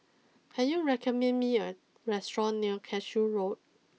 can you recommend me a restaurant near Cashew Road